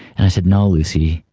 and i said, no lucy,